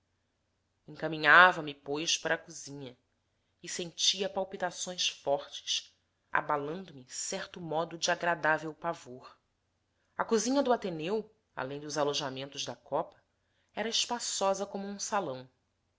encaminhava me pois para a cozinha e sentia palpitações fortes abalando me certo modo de agradável pavor a cozinha do ateneu além dos alojamentos da copa era espaçosa como um salão